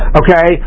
okay